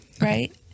right